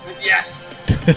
Yes